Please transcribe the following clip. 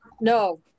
no